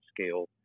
scale